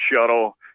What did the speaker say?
shuttle